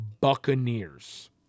Buccaneers